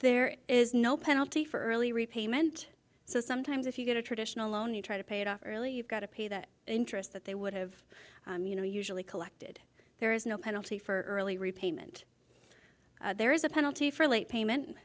there is no penalty for early repayment so sometimes if you get a traditional loan you try to pay it off early you've got to pay that interest that they would have you know usually collected there is no penalty for early repayment there is a penalty for late payment